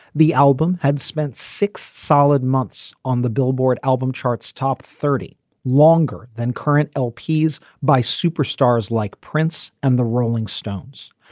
the album had spent six solid months on the billboard album charts top thirty longer than current lp is by superstars like prince and the rolling stones.